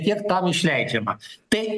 kiek tam išleidžiama tai